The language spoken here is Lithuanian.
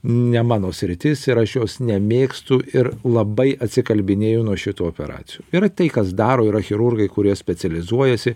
ne mano sritis ir aš jos nemėgstu ir labai atsikalbinėju nuo šitų operacijų yra tai kas daro yra chirurgai kurie specializuojasi